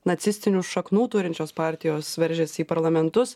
nacistinių šaknų turinčios partijos veržiasi į parlamentus